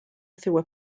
through